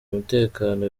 umutekano